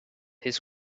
his